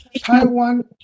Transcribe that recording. Taiwan